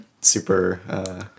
Super